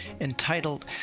Entitled